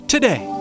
Today